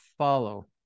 follow